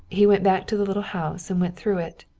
he went back to the little house and went through it.